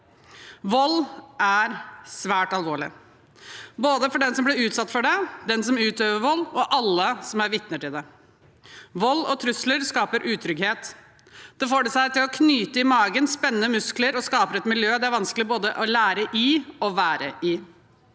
Vold er svært alvorlig, både for den som blir utsatt for det, for den som utøver vold, og for alle som er vitner til det. Vold og trusler skaper utrygghet. Det får det til å knyte seg i magen, man spenner muskler, og det skaper et miljø det er vanskelig både å lære i og være i.